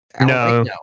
no